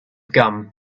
gum